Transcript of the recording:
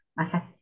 okay